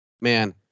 Man